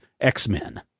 x-men